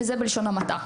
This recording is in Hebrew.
וזה בלשון המעטה.